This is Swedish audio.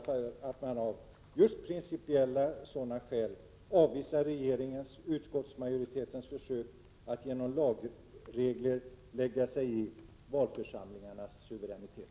Men ännu starkare skäl, principiella skäl, talar för att man avvisar regeringens och utskottsmajoritetens försök att genom lagregler lägga sig i valförsamlingarnas suveränitet.